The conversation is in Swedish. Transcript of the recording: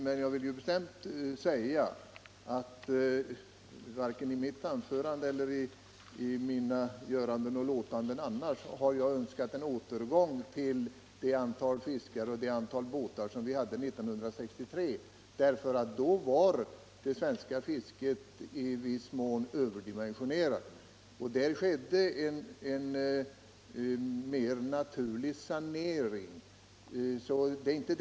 Men jag vill säga att jag varken i mitt anförande eller i mina göranden och låtanden i övrigt har önskat en återgång till det antal fiskare och båtar som vi hade 1963. Då var det svenska fisket nämligen i viss mån överdimensionerat, och det har sedan skett något av en sanering på detta område.